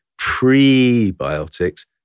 prebiotics